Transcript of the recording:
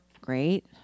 great